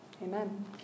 Amen